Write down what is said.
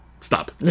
stop